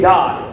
God